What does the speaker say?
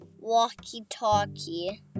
walkie-talkie